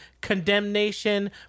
condemnation